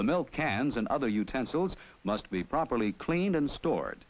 the milk cans and other utensils must be properly cleaned and stored